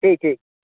ठीक ठीक